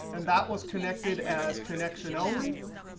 and that was connected as connection only.